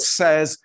says